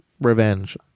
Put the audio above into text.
revenge